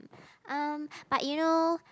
um but you know